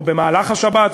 או במהלך השבת,